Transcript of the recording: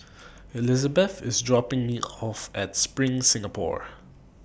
Elisabeth IS dropping Me off At SPRING Singapore